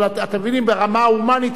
ברמה ההומנית האוניברסלית.